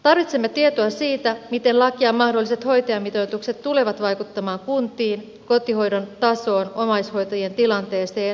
tarvitsemme tietoa siitä miten laki ja mahdolliset hoitajamitoitukset tulevat vaikuttamaan kuntiin kotihoidon tasoon omaishoitajien tilanteeseen ja niin edelleen